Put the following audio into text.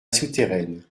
souterraine